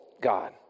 God